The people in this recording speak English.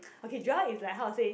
okay Joel is like how to say